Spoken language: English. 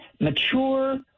mature